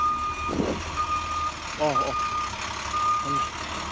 ꯑꯧ ꯑꯧ ꯊꯝꯃꯦ